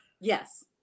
Yes